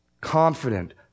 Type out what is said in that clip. Confident